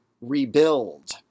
rebuild